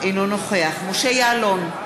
אינו נוכח משה יעלון,